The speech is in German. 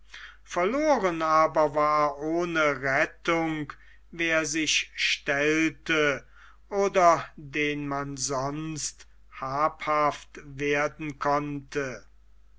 verloren aber war ohne rettung wer sich stellte oder den man sonst habhaft werden konnte